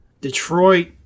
Detroit